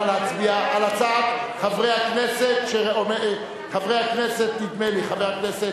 נא להצביע על הצעת חבר הכנסת ברכה,